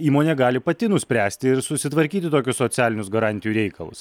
įmonė gali pati nuspręsti ir susitvarkyti tokius socialinius garantijų reikalus